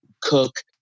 cook